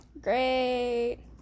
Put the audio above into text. Great